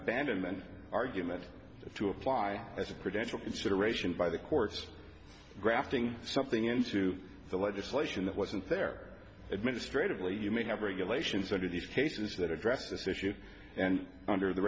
abandonment argument to apply as a credential consideration by the courts grafting something into the legislation that wasn't there administratively you may have regulations under these cases that address this issue and under the